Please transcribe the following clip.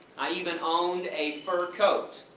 i even owned a fur coat.